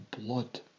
blood